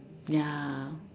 ya